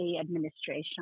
administration